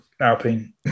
Alpine